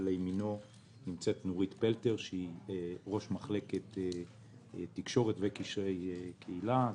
ולימינו נמצאת נורית פלתר שהיא ראש מחלקת תקשורת וקשרי קהילה.